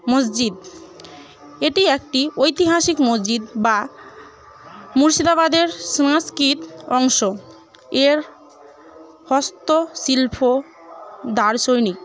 মসজিদ এটি একটি ঐতিহাসিক মসজিদ বা মুর্শিদাবাদের সংস্কৃত অংশ এর হস্তশিল্প দার্শনিক